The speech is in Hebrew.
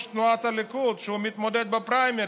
תנועת הליכוד ושהוא מתמודד בפריימריז.